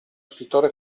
scrittore